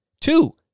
Two